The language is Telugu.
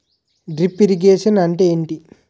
డ్రిప్ ఇరిగేషన్ అంటే ఏమిటి?